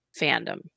fandom